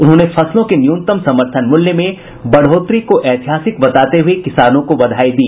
उन्होंने फसलों के न्यूनतम समर्थन मूल्य में बढ़ोतरी को ऐतिहासिक बताते हुए किसानों को बधाई दी